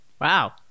Wow